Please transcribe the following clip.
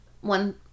one